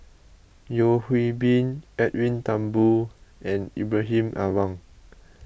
Yeo Hwee Bin Edwin Thumboo and Ibrahim Awang